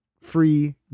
free